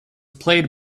played